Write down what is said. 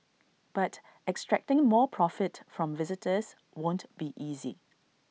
but extracting more profit from visitors won't be easy